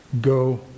go